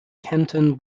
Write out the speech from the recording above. canton